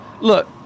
Look